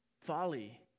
Folly